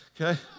Okay